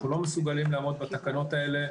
אנחנו לא מסוגלים לעמוד בתקנות האלה,